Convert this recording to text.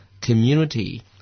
community